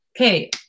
Okay